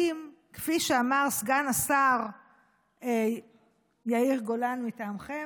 כפי שאמר סגן השר יאיר גולן, מטעמכם,